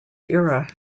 era